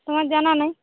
তোমার জানা নেই